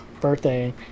birthday